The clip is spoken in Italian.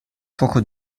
fuoco